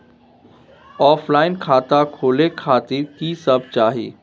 Offline खाता खोले खातिर की सब चाही?